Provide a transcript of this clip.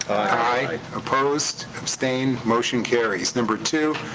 aye. opposed? abstain? motion carries. number two,